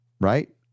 right